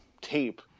tape